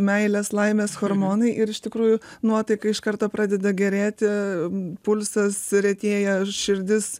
meilės laimės hormonai ir iš tikrųjų nuotaika iš karto pradeda gerėti pulsas retėja ir širdis